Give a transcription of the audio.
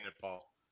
Paul